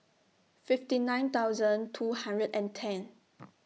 fifty nine thousand two hundred and ten